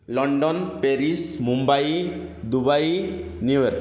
London Paris Mumbai Dubai New York